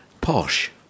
posh